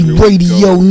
radio